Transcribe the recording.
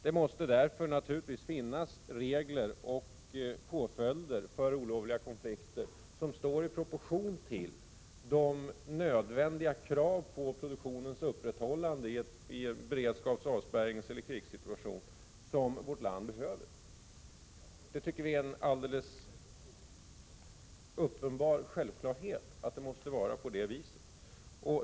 Det måste naturligtvis finnas regler och påföljder för olovliga konflikter som står i proportion till de nödvändiga kraven på upprätthållande i en beredskaps-, avspärrningseller krigssituation av den produktion som vårt land behöver. Det tycker vi är en uppenbar självklarhet.